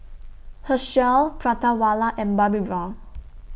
Herschel Prata Wala and Bobbi Brown